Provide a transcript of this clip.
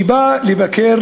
כשבא לבקר